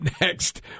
next